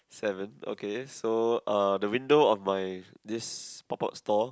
seven okay so uh the window of my this pop up store